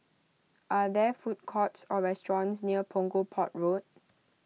are there food courts or restaurants near Punggol Port Road